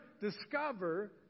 discover